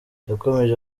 yakomeje